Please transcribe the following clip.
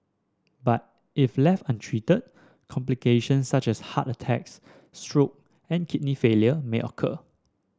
but if left untreated complications such as heart attacks stroke and kidney failure may occur